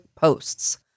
posts